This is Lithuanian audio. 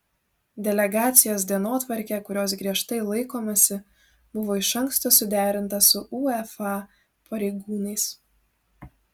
delegacijos dienotvarkė kurios griežtai laikomasi buvo iš anksto suderinta su uefa pareigūnais